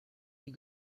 les